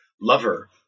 lover